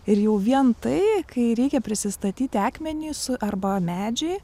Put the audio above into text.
ir jau vien tai kai reikia prisistatyti akmeniui su arba medžiui